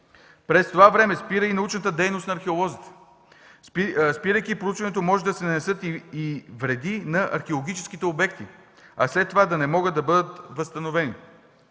През това време спира и научната дейност на археолозите. Спирайки проучването, може да се нанесат и вреди на археологическите обекти, а след това да не могат да бъдат възстановени.